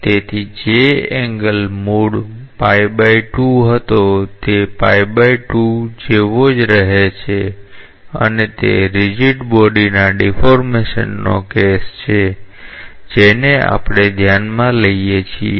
તેથી જે એંગલ મૂળ હતો તે જેવો જ રહે છે અને તે રીજીડ બોડીના ડીફૉર્મેશનનો કેસ છે જેને આપણે ધ્યાનમાં લઈએ છીએ